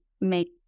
make